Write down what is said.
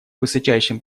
высочайшим